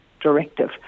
directive